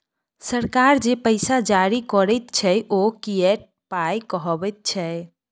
सरकार जे पैसा जारी करैत छै ओ फिएट पाय कहाबैत छै